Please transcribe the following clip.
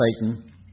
Satan